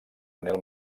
manel